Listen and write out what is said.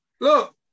Look